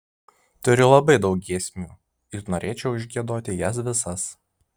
turiu labai daug giesmių ir norėčiau išgiedoti jas visas